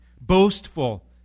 boastful